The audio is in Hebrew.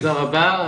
תודה רבה.